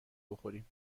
بخوریم